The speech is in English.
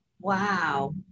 Wow